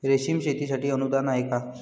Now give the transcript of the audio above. रेशीम शेतीसाठी अनुदान आहे का?